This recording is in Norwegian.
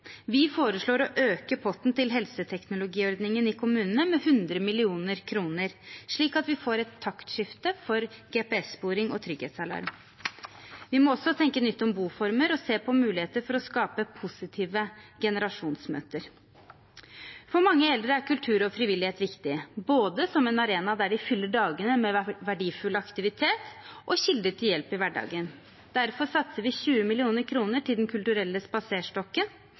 Vi foreslår å øke potten til helseteknologiordningen i kommunene med 100 mill. kr, slik at vi får et taktskifte for GPS-sporing og trygghetsalarm. Vi må også tenke nytt om boformer og se på muligheter for å skape positive generasjonsmøter. For mange eldre er kultur og frivillighet viktig, både som en arena der de fyller dagene med verdifull aktivitet, og som kilde til hjelp i hverdagen. Derfor satser vi 20 mill. kr til Den kulturelle spaserstokken,